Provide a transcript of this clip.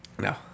No